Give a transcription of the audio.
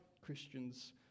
Christians